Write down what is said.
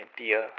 idea